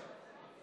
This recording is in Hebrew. נגד,